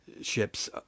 ships